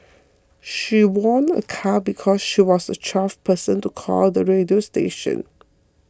she won a car because she was the twelfth person to call the radio station